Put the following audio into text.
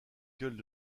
gueules